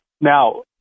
Now